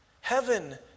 Heaven